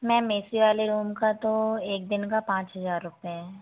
ma'am A C वाले room का तो एक दिन का पाँच हज़ार रुपये है